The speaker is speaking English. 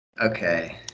Okay